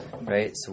right